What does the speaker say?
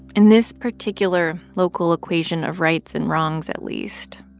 in this particular local equation of rights and wrongs at least,